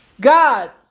God